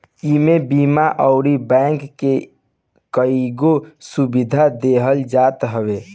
इमे बीमा अउरी बैंक के कईगो सुविधा देहल जात हवे